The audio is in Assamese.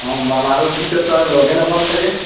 অঁ যাম আৰু পিছততো আৰু লগে নাপাম চাগে